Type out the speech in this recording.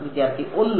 വിദ്യാർത്ഥി 1